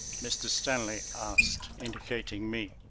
mr. stanley asked, indicating me.